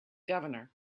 governor